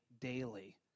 daily